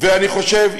ואני חושב,